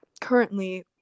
currently